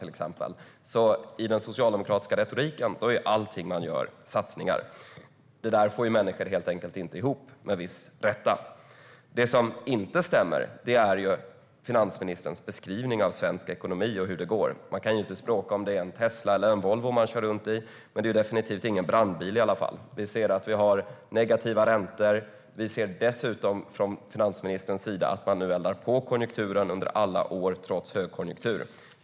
I den socialdemokratiska retoriken är allt man gör satsningar. Det får människor helt enkelt inte ihop - med viss rätta. Räntorna är negativa. Från finansministerns sida eldas konjunkturen på trots högkonjunktur.